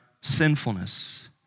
sinfulness